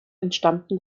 entstammten